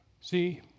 See